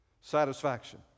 Satisfaction